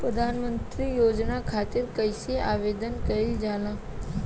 प्रधानमंत्री योजना खातिर कइसे आवेदन कइल जाला?